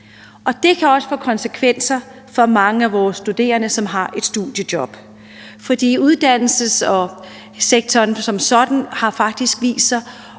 Det kan også få konsekvenser for mange af vores studerende, som har et studiejob. Uddannelsessektoren som sådan har faktisk vist sig